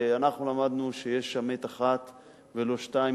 אנחנו למדנו שיש אמת אחת ולא שתיים,